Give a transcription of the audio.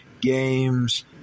games